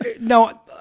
no